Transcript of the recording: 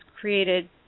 created